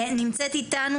נמצאת אתנו